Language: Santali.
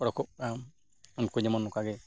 ᱩᱰᱩᱠᱚᱜ ᱟᱢ ᱩᱱᱠᱩ ᱡᱮᱢᱚᱱ ᱚᱱᱠᱟ ᱜᱮ